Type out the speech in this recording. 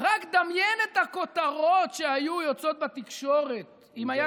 רק דמיין את הכותרות שהיו יוצאות בתקשורת אם היה